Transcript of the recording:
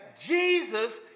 Jesus